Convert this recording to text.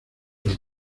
los